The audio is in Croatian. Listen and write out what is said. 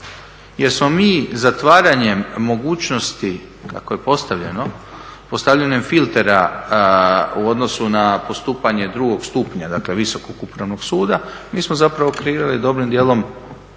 Jer smo mi zatvaranjem mogućnosti kako je postavljeno, postavljeno je filtera u odnosu na postupanje drugog stupnja, dakle Visokog upravnog suda, mi smo zapravo …/Govornik se